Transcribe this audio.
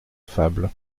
fable